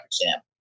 exam